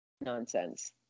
nonsense